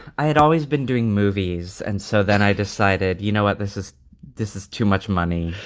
i had always been doing movies. and so then i decided, you know what this is this is too much money.